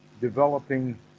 developing